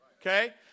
Okay